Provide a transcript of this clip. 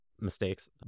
mistakes